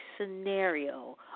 scenario